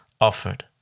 offered